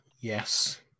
Yes